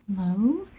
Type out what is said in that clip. Hello